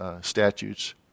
statutes